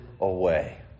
away